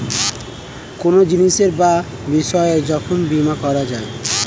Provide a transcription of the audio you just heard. কোনো জিনিসের বা বিষয়ের যখন বীমা করা যায়